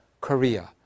korea